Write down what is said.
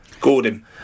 Gordon